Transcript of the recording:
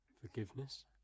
Forgiveness